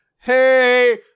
Hey